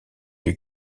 lui